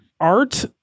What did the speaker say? Art